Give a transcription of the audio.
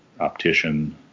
optician